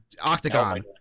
octagon